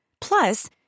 Plus